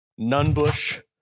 Nunbush